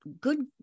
good